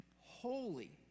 holy